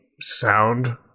sound